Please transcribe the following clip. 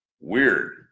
weird